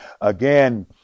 Again